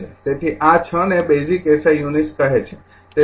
તેથી આ ૬ ને બેઝિક એસઆઈ યુનિટ્સ કહે છે